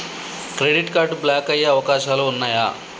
Credit card block అయ్యే అవకాశాలు ఉన్నయా?